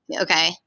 Okay